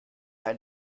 ein